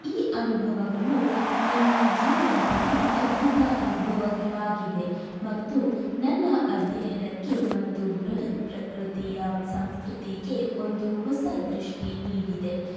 ಈ ಅನುಭವಗಳು ನನ್ನ ಜೀವನದಲ್ಲಿ ಅದ್ಭುತ ಅನುಭವಗಳಾಗಿವೆ ಮತ್ತು ನನ್ನ ಅಧ್ಯಯನಕ್ಕೆ ಮತ್ತು ಬೃಹತ್ ಪ್ರಕೃತಿಯ ಸಂಸ್ಕೃತಿಗೆ ಒಂದು ಹೊಸ ದೃಷ್ಟಿ ನೀಡಿದೆ